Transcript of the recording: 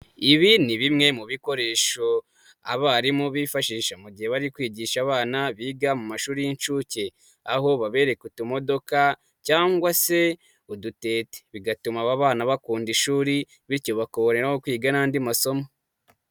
Ibi ni bimwe mu bikoresho abarimu bifashisha mu gihe bari kwigisha abana biga mu mashuri y'inshuke, aho babereka utumodoka cyangwa se udutete, bigatuma aba bana bakunda ishuri, bityo bakoboneraho kwiga n'andi masomo.